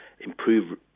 improve